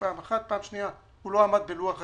דבר שני, הוא לא עמד בלוח הזמנים,